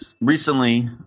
Recently